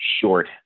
short